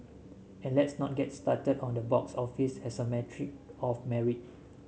and let's not get started on the box office as a metric of merit